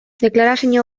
deklarazio